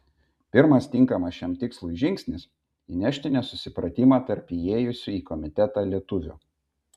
pirmas tinkamas šiam tikslui žingsnis įnešti nesusipratimą tarp įėjusių į komitetą lietuvių